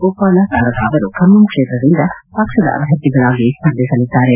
ವುಪ್ವಾಲಾ ಸಾರದಾ ಅವರು ಖಮ್ಮಂ ಕ್ಷೇತ್ರದಿಂದ ಪಕ್ಷದ ಅಭ್ಯರ್ಥಿಗಳಾಗಿ ಸ್ಪರ್ಧಿಸಲಿದ್ದಾರೆ